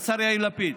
השר יאיר לפיד,